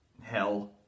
hell